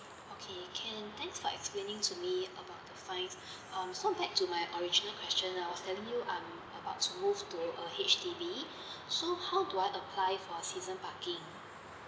okay can thanks for explaining to me about the fines um so back to my original question I was telling you I'm about to move to H_D_B so how do I apply for season parking